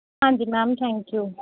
ਹਾਂਜੀ ma'am thank you